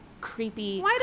creepy